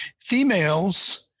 females